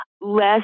less